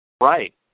Right